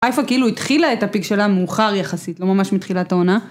חיפה כאילו התחילה את הפיק שלה מאוחר יחסית, לא ממש מתחילת העונה.